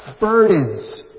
burdens